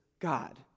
God